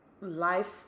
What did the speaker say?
life